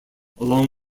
along